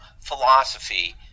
philosophy